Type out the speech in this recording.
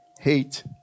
hate